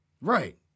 Right